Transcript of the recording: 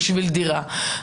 בשביל דירה?